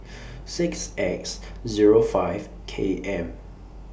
six X zere five K M